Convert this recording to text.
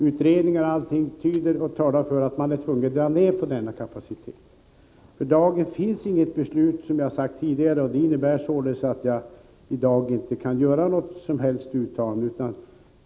Utredningar och allt annat talar för att SJ är tvunget att dra ner på denna kapacitet. För dagen finns det, som jag har sagt tidigare, inget beslut. Det innebär att jag nu inte kan göra något som helst uttalande.